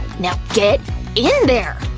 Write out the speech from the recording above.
now, get in there!